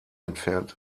entfernt